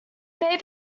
may